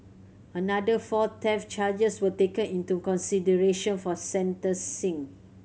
another four theft charges were taken into consideration for sentencing